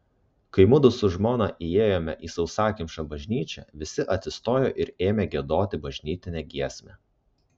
kai mudu su žmona įėjome į sausakimšą bažnyčią visi atsistojo ir ėmė giedoti bažnytinę giesmę